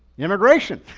immigration.